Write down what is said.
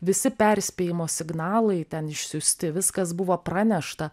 visi perspėjimo signalai ten išsiųsti viskas buvo pranešta